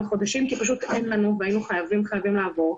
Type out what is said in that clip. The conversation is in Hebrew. חודשים כי פשוט אין לנו והיינו חייבים חייבים לעבור.